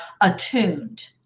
attuned